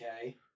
Okay